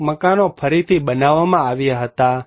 ધાર્મિક મકાનો ફરીથી બનાવવામાં આવ્યા હતા